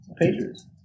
Patriots